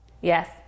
Yes